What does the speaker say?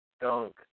dunk